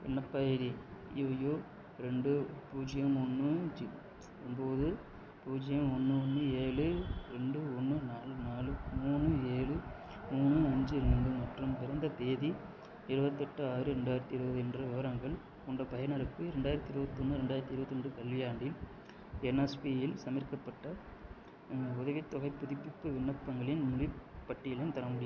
விண்ணப்ப ஐடி யுயு ரெண்டு பூஜ்ஜியம் ஒன்று ஒம்பது பூஜ்ஜியம் ஒன்று ஒன்று ஏழு ரெண்டு ஒன்று நாலு நாலு மூணு ஏழு மூணு அஞ்சு ரெண்டு மற்றும் பிறந்த தேதி இருபத்தெட்டு ஆறு ரெண்டாயிரத்து இருபது என்ற விவரங்கள் கொண்ட பயனருக்கு ரெண்டாயிரத்து இருவத்தொன்று ரெண்டாயிரத்து இருபத்தி ரெண்டு கல்வியாண்டில் என்எஸ்பியில் சமர்ப்பிக்கப்பட்ட உதவித்தொகைப் புதுப்பிப்பு விண்ணப்பங்களின் முழுப்பட்டியலும் தர முடி